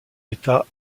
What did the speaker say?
état